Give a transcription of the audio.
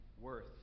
worth